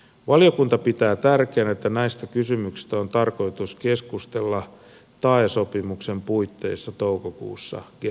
valiokunta pitää tärkeänä että näistä kysymyksistä on tarkoitus keskustella tae sopimuksen puitteissa toukokuussa genevessä